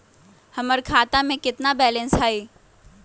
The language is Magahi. हमर खाता में केतना बैलेंस हई?